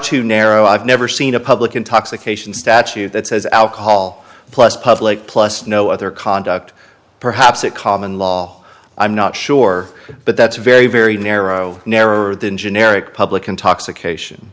too narrow i've never seen a public intoxication statute that says alcohol plus public plus no other conduct perhaps a common law i'm not sure but that's a very very narrow narrower than generic public